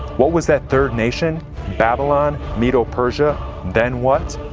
what was that third nation babylon, medo-persia then what?